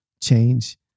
change